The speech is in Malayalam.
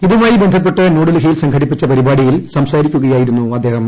ഇതുമായി ബന്ധപ്പെട്ട് ന്യൂഡൽഹിയിൽ സംഘടിപ്പിച്ച പരിപാടിയിൽ സംസാരിക്കുകയായിരുന്നു അദ്ദേഹം